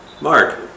Mark